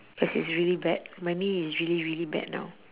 cause it's really bad my knee is really really bad now